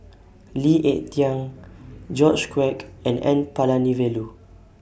Lee Ek Tieng George Quek and N Palanivelu